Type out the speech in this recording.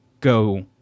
go